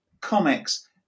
comics